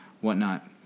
whatnot